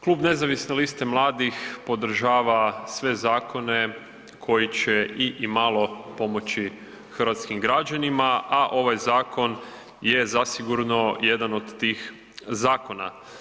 Klub Nezavisne liste mladih podržava sve zakone koji će i imalo pomoći hrvatskim građanima, a ovaj zakon je zasigurno jedan od tih zakona.